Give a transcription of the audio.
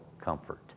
comfort